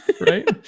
right